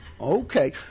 okay